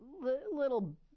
Little